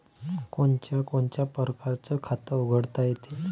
कोनच्या कोनच्या परकारं खात उघडता येते?